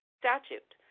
statute